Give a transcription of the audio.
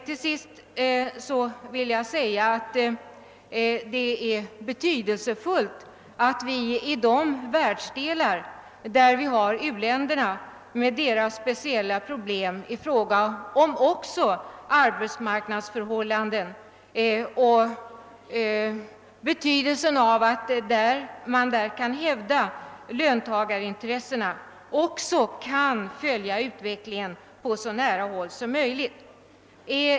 Till sist vill jag säga att det är betydelsefullt att vi i de världsdelar, där vi har u-länderna och deras speciella problem, kan följa utvecklingen på så nära håll som möjligt i fråga om arbetsmarknadsförhållanden och när det gäller att hävda löntagarintressena.